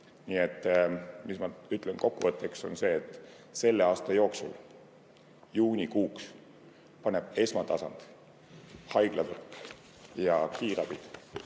mis ma ütlen kokkuvõtteks, on see, et selle aasta jooksul, juunikuuks paneb esmatasand, haiglavõrk ja kiirabid